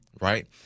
right